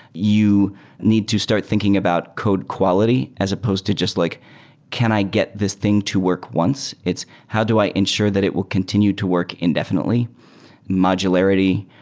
you need to start thinking about code quality as supposed to just like can i get this thing to work once. it's how do i ensure that it will continue to work indefinitely in modularity?